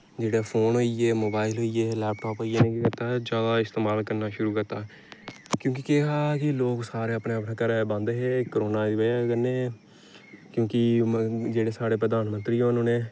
जेह्ड़ा फोन होई गेआ मोबाइल होई गे लैपटाप होई गे उ'नें केह् कीता ज्यादा इस्तमाल करना शुरू करी दित्ता क्योंकि केह् हा कि लोक सारे अपने अपने घरै च बंद हे कोरोना दी बजह कन्नै क्योंकि जेह्ड़े साढ़े प्रधानमंत्री होर ना उ'नें